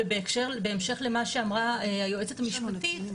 ובהמשך למה שאמרה היועצת המשפטית,